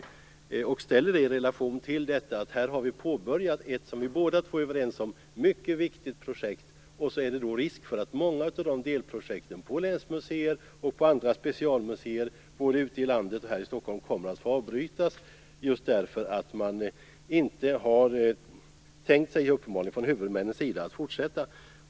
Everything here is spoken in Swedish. Detta kan ställas i relation till att vi här har påbörjat något som vi båda är överens om är ett mycket viktigt projekt - och så är det risk att många av delprojekten, på länsmuseer och andra specialmuseer både ute i landet och här i Stockholm, kommer att få avbrytas just därför att man från huvudmännens sida uppenbarligen inte tänkt sig att fortsätta.